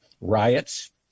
riots